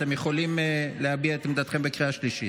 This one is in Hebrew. אתם יכולים להביע את עמדתכם בקריאה שלישית.